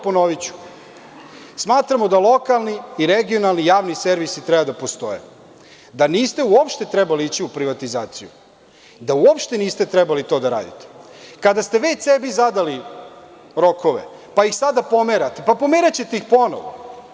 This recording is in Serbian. Ponoviću, smatramo da lokalni i regionalni javni servisi treba da postoje, da niste uopšte trebali ići u privatizaciju, da uopšte niste trebali to da radite, kada ste već sebi zadali rokove, pa ih sada pomerate, pa pomeraćete ih ponovo.